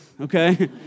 Okay